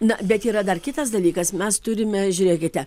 na bet yra dar kitas dalykas mes turime žiūrėkite